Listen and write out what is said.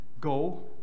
go